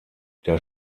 der